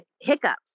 hiccups